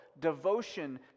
devotion